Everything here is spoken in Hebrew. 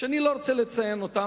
שאני לא רוצה לציין אותן.